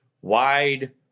wide